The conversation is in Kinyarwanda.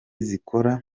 zikora